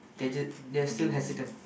they're just they're still hesitate